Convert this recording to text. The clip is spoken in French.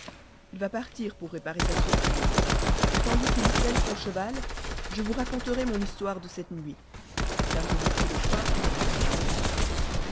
il va partir pour réparer sa sottise tandis qu'il selle son cheval je vous raconterai mon histoire de cette nuit car je vous prie de croire que je ne perds pas mon temps